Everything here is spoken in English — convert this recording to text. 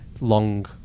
long